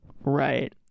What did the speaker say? Right